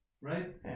Right